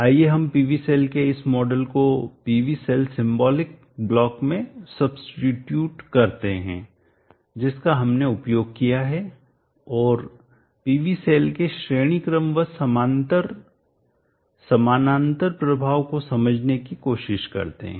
आइए हम PV cell के इस मॉडल को PV सेल सिंबॉलिक प्रतीकात्मक ब्लॉक में सब्सीट्यूट प्रतिस्थापित करते हैं जिसका हमने उपयोग किया है और PV सेल के श्रेणी क्रम व समानांतर समानांतर प्रभाव को समझने की कोशिश करते हैं